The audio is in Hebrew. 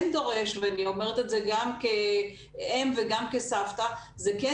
זה כן דורש ואני אומרת את זה גם כאם וגם כסבתא זה כן